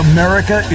America